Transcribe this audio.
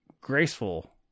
graceful